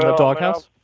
ah dog house?